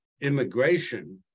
immigration